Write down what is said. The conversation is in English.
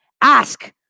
ask